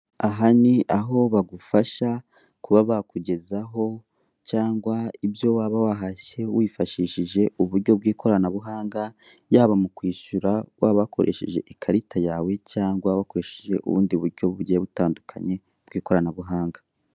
Aha ni aho bagufasha kuba bakugezaho cyangwa ibyo waba wahashye wifashishije uburyo bw'ikoranabuhanga yaba mu kwishura waba wakoresheje ikarita yawe cyangwa wakoresheje ubundi buryo bugiye butandukanye bw'ikoranabuhanga.